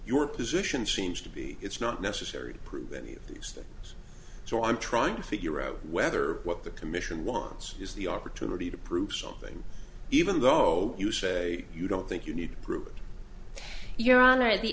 your position seems to be it's not necessary to prove any of these things so i'm trying to figure out whether what the commission wants is the opportunity to prove something even though you say you don't think you need to prove